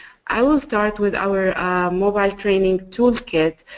i will start with our mobile training tool kit.